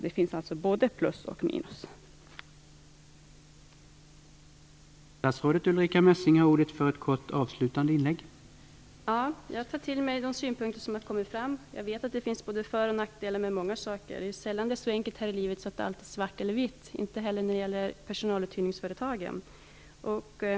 Det finns alltså både plus och minus här.